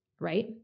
right